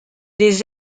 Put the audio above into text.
des